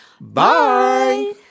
Bye